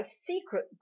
secret